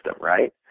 right